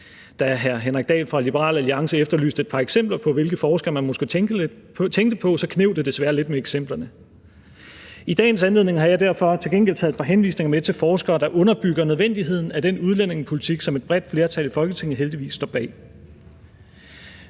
hr. Henrik Dahl fra Liberal Alliance efterlyste et par eksempler på, hvilke forskere man måske tænkte på, så kneb det desværre lidt med eksemplerne. I dagens anledning har jeg derfor til gengæld taget et par henvisninger med til nogle forskere, der underbygger nødvendigheden af den udlændingepolitik, som et bredt flertal i Folketinget heldigvis står bag.